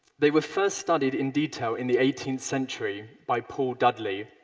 they were first studied in detail in the eighteenth century by paul dudley,